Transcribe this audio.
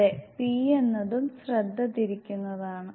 അതെ p എന്നതും ശ്രദ്ധ തിരിക്കുന്നതാണ്